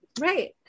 Right